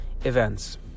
Events